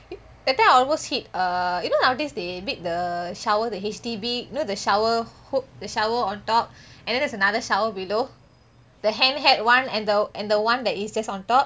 that time I almost hit uh you know nowadays they make the shower the H_D_B the you know the shower hook the shower on top and then it has another shower below the hand held one and the and the one that is just on top then after that